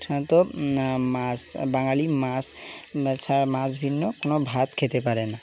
সাধারণত মাছ বাঙালি মাছ ছাড়া মাছ ভিন্ন কোনো ভাত খেতে পারে না